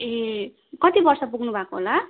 ए कति वर्ष पुग्नु भएको होला